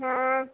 हाँ